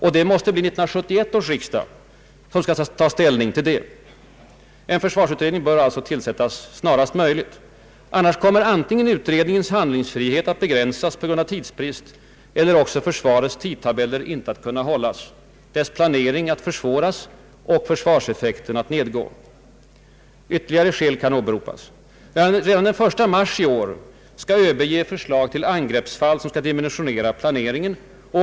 Och det måste bli 1971 års riksdag som skall ta ställning härtill. En försvarsutredning bör alliså tillsättas snarast möjligt. Annars kommer antingen utredningens handlingsfrihet att begränsas på grund av tidsbrist eller också försvarets tidtabeller inte att kunna hållas, dess planering att försvåras och försvarseffekten att nedgå. Ytterligare skäl kan åberopas. Redan den 1 mars i år skall ÖB ge förslag till angreppsfallsom skall dimensionera planeringen.